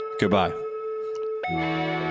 Goodbye